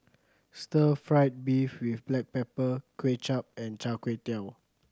stir fried beef with black pepper Kuay Chap and Char Kway Teow